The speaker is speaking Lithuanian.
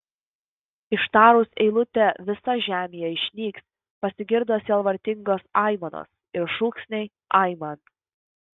ištarus eilutę visa žemėje išnyks pasigirdo sielvartingos aimanos ir šūksniai aiman